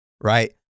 right